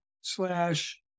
slash